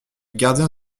gardien